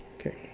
okay